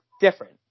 different